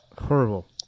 Horrible